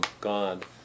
God